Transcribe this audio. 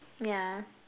yeah